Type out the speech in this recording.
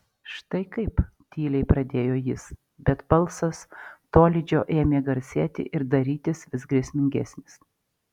štai kaip tyliai pradėjo jis bet balsas tolydžio ėmė garsėti ir darytis vis grėsmingesnis